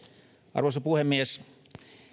arvoisa puhemies